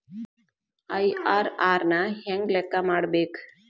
IRR ನ ಹೆಂಗ ಲೆಕ್ಕ ಮಾಡಬೇಕ?